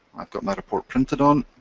i've got my report printed on,